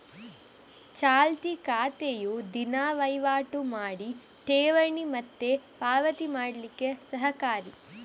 ಚಾಲ್ತಿ ಖಾತೆಯು ದಿನಾ ವೈವಾಟು ಮಾಡಿ ಠೇವಣಿ ಮತ್ತೆ ಪಾವತಿ ಮಾಡ್ಲಿಕ್ಕೆ ಸಹಕಾರಿ